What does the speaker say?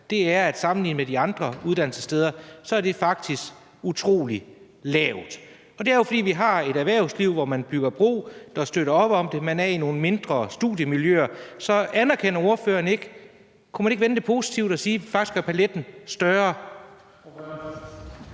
at det sammenlignet med de andre uddannelsessteder faktisk er utrolig lavt. Og det er jo, fordi vi har et erhvervsliv, hvor man bygger bro og støtter op om det, og fordi der er tale om nogle mindre studiemiljøer. Så kunne man ikke vende det positivt og sige, at det faktisk gør paletten større?